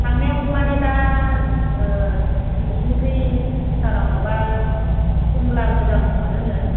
थांनायाव मानि दा ओह नोंसिनिखै भुटानाव माबा खमला मोजां मोनो नो